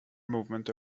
movement